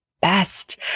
best